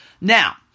Now